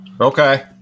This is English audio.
Okay